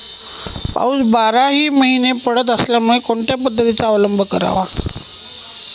पाऊस बाराही महिने पडत असल्यामुळे कोणत्या पद्धतीचा अवलंब करावा?